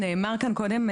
נאמר כאן קודם,